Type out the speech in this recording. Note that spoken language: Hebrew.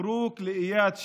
מברוכ לאיאד שלבי,